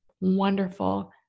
wonderful